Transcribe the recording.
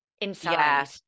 inside